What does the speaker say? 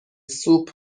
سوپ